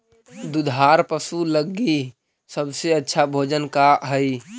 दुधार पशु लगीं सबसे अच्छा भोजन का हई?